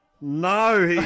No